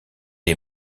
est